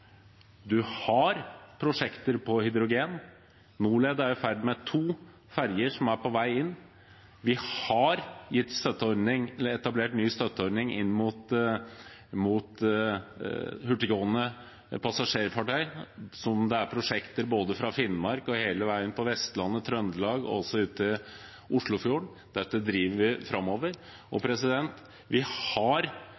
har prosjekter for hydrogen. Norled er i ferd med å få inn to ferjer. Vi har etablert en ny støtteordning for hurtiggående passasjerfartøy, som det er prosjekter med i Finnmark, hele veien ned til Vestlandet og Trøndelag og også ute i Oslofjorden. Dette driver vi framover.